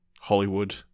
Hollywood